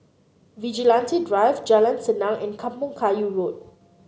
Vigilante Drive Jalan Senang and Kampong Kayu Road